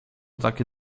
takie